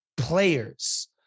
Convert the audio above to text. players